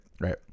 right